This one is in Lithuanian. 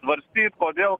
svartyt kodėl